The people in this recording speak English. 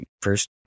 first